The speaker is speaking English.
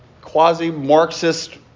quasi-Marxist